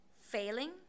failing